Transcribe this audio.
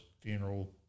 funeral